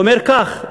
שאומר כך,